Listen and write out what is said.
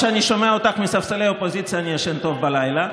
כשאני שומע אותך מספסלי האופוזיציה אני ישן טוב בלילה,